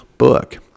book